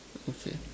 okay